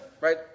right